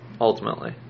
ultimately